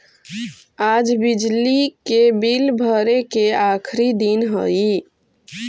आज बिजली के बिल भरे के आखिरी दिन हई